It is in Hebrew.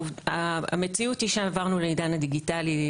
המציאות היא שעברנו לעידן דיגיטלי,